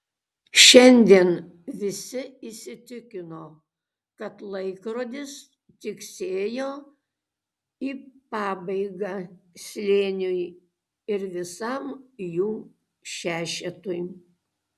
šiandien visi įsitikino kad laikrodis tiksėjo į pabaigą slėniui ir visam jų šešetui